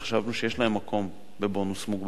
שחשבנו שיש בהם מקום לבונוס מוגבר,